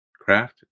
Craft